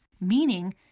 meaning